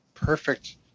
Perfect